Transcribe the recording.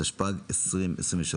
התשפ"ג-2023.